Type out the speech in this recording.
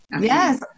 Yes